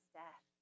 death